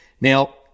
Now